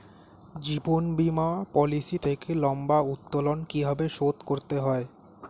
জীবন বীমা পলিসি থেকে লম্বা উত্তোলন কিভাবে শোধ করতে হয়?